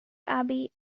abbey